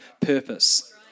purpose